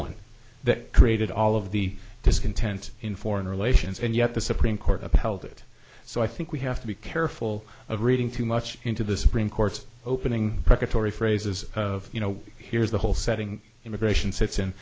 one that created all of the discontent in foreign relations and yet the supreme court upheld it so i think we have to be careful of reading too much into the supreme court's opening preparatory phrases of you know here's the whole setting immigration sits in